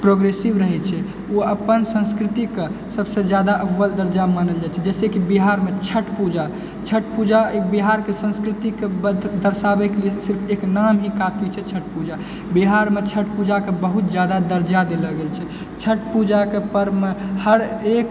progressive रहै छै ओ अपन संस्कृतिके सबसँ ज्यादा अव्वल दर्जा मानल जाइ छै जइसेकि बिहारमे छठ पूजा छठ पूजा एक बिहारके संस्कृतिके दर्शाबैके लिए सिर्फ एक नाम ही काफी छै छठ पूजा बिहारमे छठ पूजाके बहुत ज्यादा दर्जा देलऽ गेल छै छठ पूजाके पर्वमे हर एक